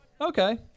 okay